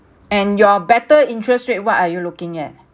and your better interest rate what are you looking at